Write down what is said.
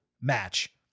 match